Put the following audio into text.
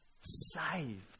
saved